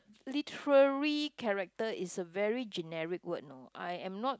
literary character is a very generic word you know I am not